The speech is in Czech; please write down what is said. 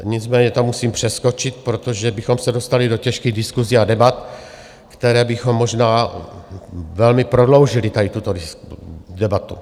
Nicméně to musím přeskočit, protože bychom se dostali do těžkých diskusí a debat, které by možná velmi prodloužily tady tuto debatu.